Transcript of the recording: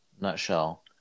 nutshell